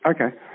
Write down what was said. Okay